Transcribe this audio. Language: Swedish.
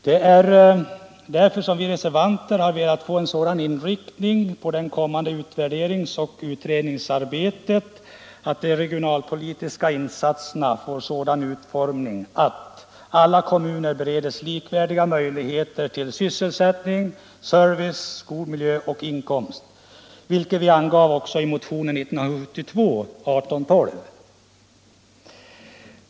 Det är därför som vi reservanter har velat få en sådan inriktning på det kommande utvärderings och utredningsarbetet att de regionalpolitiska insatserna får sådan utformning att alla kommuner bereds likvärdiga möjligheter till sysselsättning, service, god miljö och inkomst, vilket vi angav också i motionen 1972:1812.